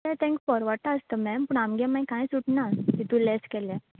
तें तेंका पोरवोडटा आसतो मॅम पूण आमगे मागीर कांय जोड ना इतू लेस केल्यार